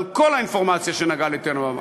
אבל כל האינפורמציה שנגעה לטננבאום,